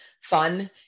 fun